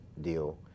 deal